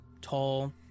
tall